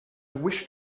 wish